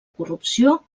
corrupció